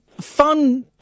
fun